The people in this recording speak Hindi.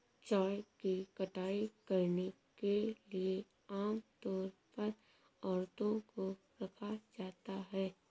चाय की कटाई करने के लिए आम तौर पर औरतों को रखा जाता है